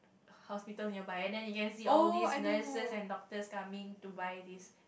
hospital nearby then you can see all this nurses and doctors coming to buy this